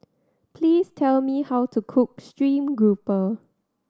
please tell me how to cook stream grouper